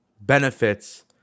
benefits